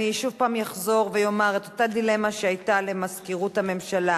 אני אחזור שוב ואומר את אותה דילמה שהיתה למזכירות הממשלה